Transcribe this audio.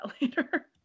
later